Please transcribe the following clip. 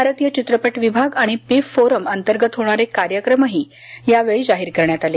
भारतीय चित्रपट विभाग आणि पिफ फोरम अंतर्गत होणारे कार्यक्रमही या वेळी जाहीर करण्यात आले